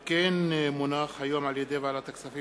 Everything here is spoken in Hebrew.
כי הונחו היום על שולחן הכנסת,